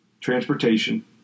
transportation